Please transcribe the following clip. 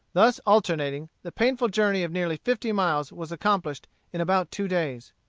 thus alternating, the painful journey of nearly fifty miles was accomplished in about two days.